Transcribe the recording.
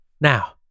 Now